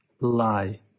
Lie